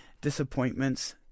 disappointments